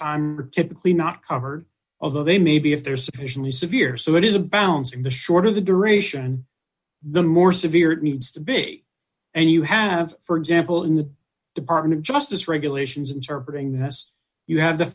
i'm typically not covered although they may be if they're sufficiently severe so it is a bounce in the short of the duration then more severe needs to be and you have for example in the department of justice regulations interpreting the house you have the